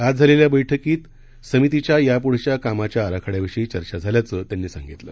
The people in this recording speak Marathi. आज झालेल्या बैठकीत समितीच्या यापुढच्या कामाच्या आराखड्याविषयी चर्चा झाल्याचं त्यांनी सांगितलं